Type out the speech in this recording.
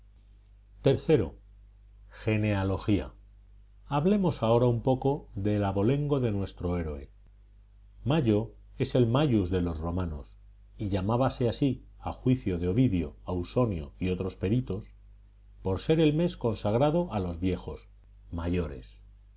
iii genealogía hablemos ahora un poco del abolengo de nuestro héroe mayo es el maus de los romanos y llamábase así a juicio de ovidio ausonio y otros peritos por ser el mes consagrado a los viejos